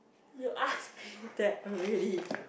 you ask me that already